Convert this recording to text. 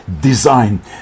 Design